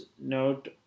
Note